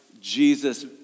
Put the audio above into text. Jesus